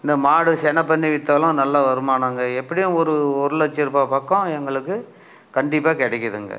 இந்த மாடு செனப்பண்ணி விற்றாலும் நல்ல வருமானங்க எப்படியும் ஒரு ஒருலட்சரூபா பக்கம் எங்களுக்கு கண்டிப்பாக கிடைக்குதுங்க